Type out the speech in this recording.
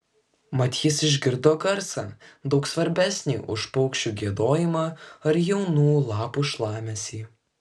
mat jis išgirdo garsą daug svarbesnį už paukščių giedojimą ar jaunų lapų šlamesį